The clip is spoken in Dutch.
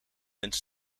eens